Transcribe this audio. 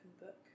book